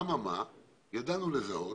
אבל ידענו לזהות